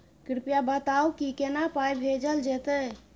कृपया बताऊ की केना पाई भेजल जेतै?